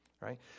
right